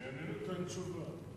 למי אני אתן תשובה?